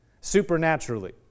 supernaturally